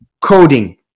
Coding